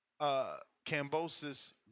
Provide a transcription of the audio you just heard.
Cambosis